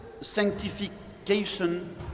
sanctification